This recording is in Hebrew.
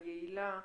היעילה,